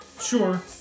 Sure